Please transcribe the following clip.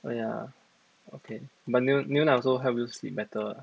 oh ya okay but 牛牛奶 also help you sleep better